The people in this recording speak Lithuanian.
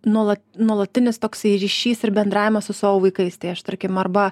nuolat nuolatinis toksai ryšys ir bendravimas su savo vaikais tai aš tarkim arba